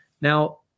Now